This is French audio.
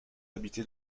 habitée